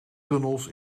tunnels